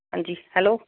ਹਾਂਜੀ ਹੈਲੋ